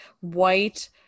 white